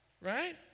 Right